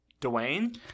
Dwayne